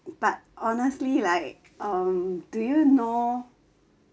but honestly like um do you know